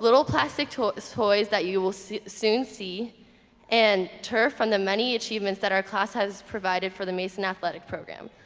little plastic toys toys that you will soon see and turf from the many achievements that our class has provided for the mason athletic program